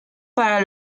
para